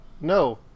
No